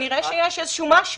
כנראה שיש איזה משהו.